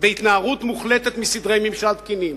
בהתנערות מוחלטת מסדרי ממשל תקינים,